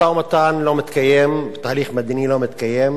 משא-ומתן לא מתקיים, תהליך מדיני לא מתקיים,